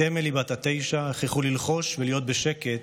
את אמילי בת התשע הכריחו ללחוש ולהיות בשקט,